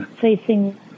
facing